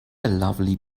lovely